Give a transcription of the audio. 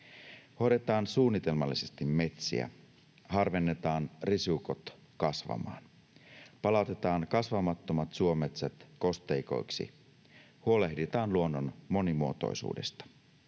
Hoidetaan suunnitelmallisesti metsiä, harvennetaan risukot kasvamaan. Palautetaan kasvamattomat suometsät kosteikoiksi. Huolehditaan luonnon monimuotoisuudesta.